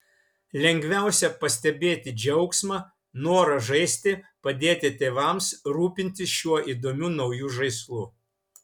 lengviausia pastebėti džiaugsmą norą žaisti padėti tėvams rūpintis šiuo įdomiu nauju žaislu